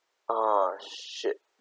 ah shit